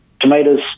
tomatoes